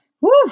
woo